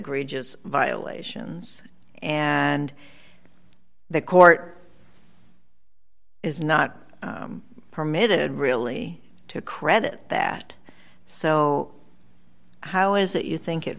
egregious violations and the court is not permitted really to credit that so how is it you think it